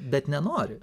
bet nenori